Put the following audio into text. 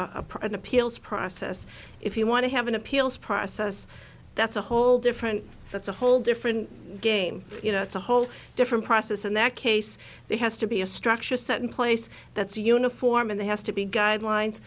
print appeals process if you want to have an appeals process that's a whole different that's a whole different game you know it's a whole different process in that case it has to be a structure set in place that's uniform and they has to be